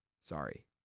Sorry